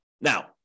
Now